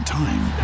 time